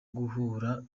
guhura